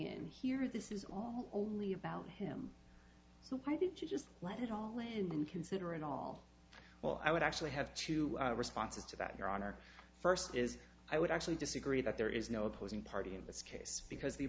in here this is all only about him so why did you just let it all and then consider it all well i would actually have two responses to that your honor first is i would actually disagree that there is no opposing party in this case because